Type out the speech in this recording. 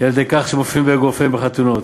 ילדי "כך" שמנופפים באגרופיהם בחתונות.